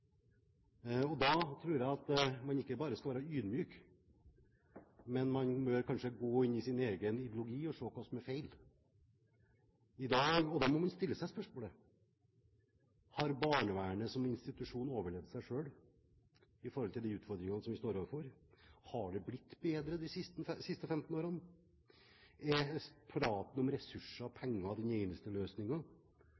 Og da tror jeg at man ikke bare skal være ydmyk, men man bør kanskje gå inn i sin egen ideologi og se på hva som er feil. Da må man stille seg spørsmålet: Har barnevernet som institusjon overlevd seg selv – i forhold til de utfordringene som vi står overfor? Har det blitt bedre de siste 15 årene? Er praten om ressurser og